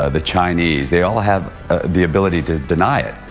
ah the chinese, they all have ah the ability to deny it,